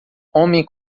homem